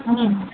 হুম